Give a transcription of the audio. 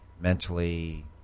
mentally